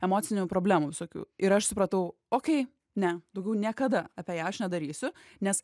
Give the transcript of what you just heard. emocinių problemų visokių ir aš supratau okei ne daugiau niekada apie ją aš nedarysiu nes